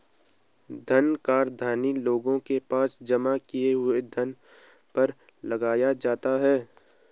धन कर धनी लोगों के पास जमा किए हुए धन पर लगाया जाता है